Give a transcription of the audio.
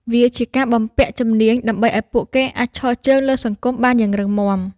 វាជាការបំពាក់ជំនាញដើម្បីឱ្យពួកគេអាចឈរជើងលើសង្គមបានយ៉ាងរឹងមាំ។